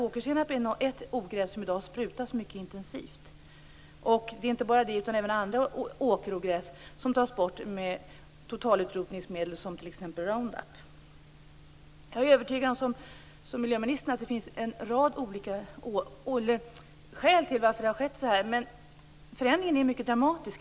Åkersenap är ett ogräs som man i dag besprutar mycket intensivt. Även andra åkerogräs tas bort med totalutrotningsmedel som Roundup. Liksom miljöministern är jag övertygad om att det finns en rad olika skäl till situationen, men förändringen är dramatisk.